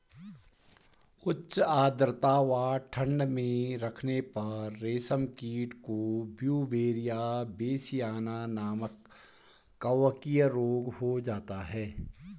उच्च आद्रता व ठंड में रखने पर रेशम कीट को ब्यूवेरिया बेसियाना नमक कवकीय रोग हो जाता है